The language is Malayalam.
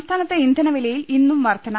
സംസ്ഥാനത്ത് ഇന്ധനവിലയിൽ ഇന്നും വർദ്ധന